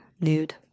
nude